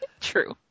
True